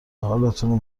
حالتونو